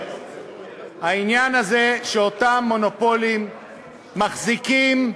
העניין הזה שאותם מונופולים מחזיקים,